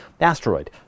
asteroid